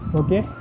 okay